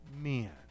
men